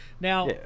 Now